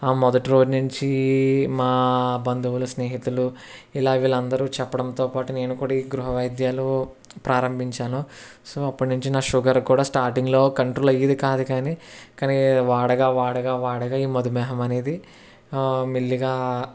మొదటి రోజు నుంచి మా బంధువులు స్నేహితులు ఇలా వీళ్ళు అందరు చెప్పడంతో పాటు నేను కూడా ఈ గృహ వైద్యాలు ప్రారంభించాను సో అప్పటినుంచి నా షుగర్ కూడా స్టార్టింగ్లో కంట్రోల్ అయ్యేది కాదు కానీ కానీ వాడగా వాడగా వాడగా ఈ మధుమేహం అనేది మెల్లగా